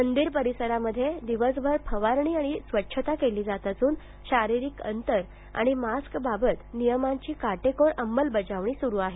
मंदिर परिसरात दिवसभर फवारणी आणि स्वच्छता केली जात असून शारीरिक अंतर आणि मास्कबाबतच्या नियमांची काटेकोर अंमलबजावणी सुरू आहे